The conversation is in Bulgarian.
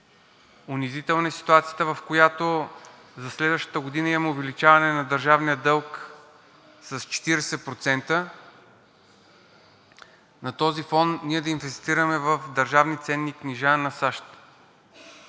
Унизителна е ситуацията, в която за следващата година имаме увеличаване на държавния дълг с 40% и на този фон ние да инвестираме в държавни ценни книжа на САЩ.